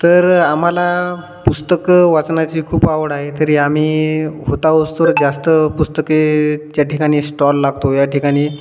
तर आम्हाला पुस्तकं वाचनाची खूप आवड आहे तरी आम्ही होताहोस्तर जास्त पुस्तके ज्या ठिकाणी स्टॉल लागतो या ठिकाणी